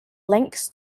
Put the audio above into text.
links